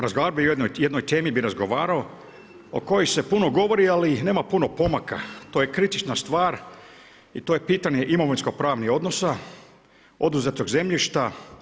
Razgovarao bih o jednoj temi o kojoj se puno govori, ali nema puno pomaka, to je kritična stvar i to je pitanje imovinskopravnih odnosa, oduzetog zemljišta.